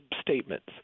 statements